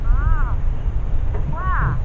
অঁ কোৱা